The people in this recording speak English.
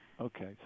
Okay